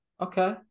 Okay